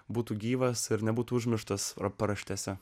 būtų gyvas ir nebūtų užmirštas paraštėse